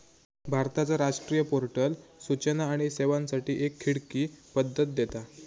भारताचा राष्ट्रीय पोर्टल सूचना आणि सेवांसाठी एक खिडकी पद्धत देता